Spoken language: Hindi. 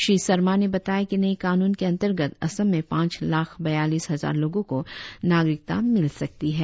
श्री सरमा ने बताया कि नए कानून के अंतर्गत असम में पांच लाख बयालीस हजार लोगों को नागरिकता मिल सकती है